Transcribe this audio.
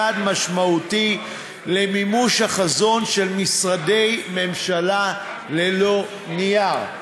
צעד משמעותי נוסף למימוש החזון של משרדי ממשלה ללא נייר.